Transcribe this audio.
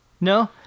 no